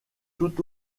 tout